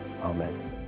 Amen